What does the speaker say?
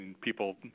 people